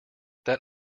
that